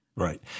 Right